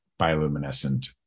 bioluminescent